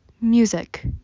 Music